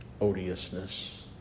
odiousness